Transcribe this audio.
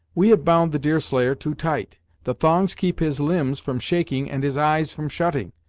we have bound the deerslayer too tight the thongs keep his limbs from shaking and his eyes from shutting.